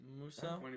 Musa